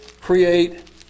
create